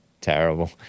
Terrible